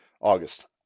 August